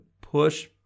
push